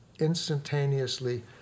instantaneously